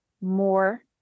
more